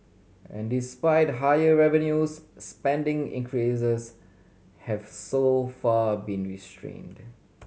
and despite higher revenues spending increases have so far been restrained